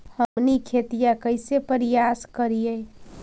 हमनी खेतीया कइसे परियास करियय?